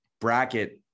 bracket